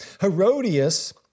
Herodias